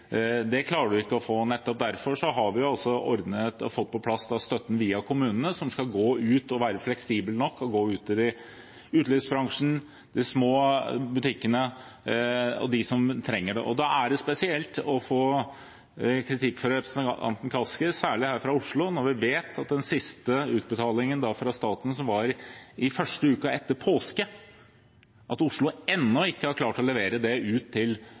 Det klarer man ikke å få til. Nettopp derfor har vi ordnet og fått på plass støtten via kommunene som skal være fleksibel nok og gå ut til utelivsbransjen, de små butikkene og til dem som trenger det. Da er det spesielt å få kritikk fra representanten Kaski, særlig her fra Oslo, når vi vet at den siste utbetalingen fra staten, som kom første uken etter påske, har Oslo ennå ikke klart å levere ut til